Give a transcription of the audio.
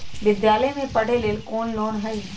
विद्यालय में पढ़े लेल कौनो लोन हई?